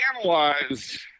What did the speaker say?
analyze